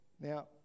Now